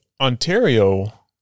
Ontario